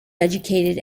educated